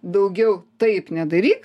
daugiau taip nedaryk